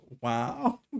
wow